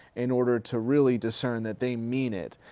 in order to really discern that they mean it.